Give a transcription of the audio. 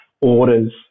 orders